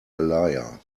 liar